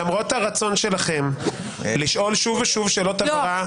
למרות הרצון שלכם לשאול שוב ושוב שאלות הבהרה,